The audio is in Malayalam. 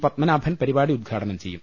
പത്മനാഭൻ പരിപാടി ഉദ്ഘാടനം ചെയ്യും